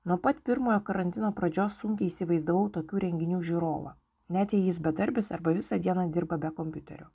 nuo pat pirmojo karantino pradžios sunkiai įsivaizdavau tokių renginių žiūrovą net jei jis bedarbis arba visą dieną dirba be kompiuterio